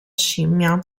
scimmia